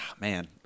Man